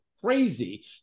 crazy